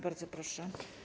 Bardzo proszę.